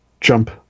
jump